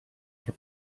się